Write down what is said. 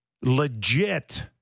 legit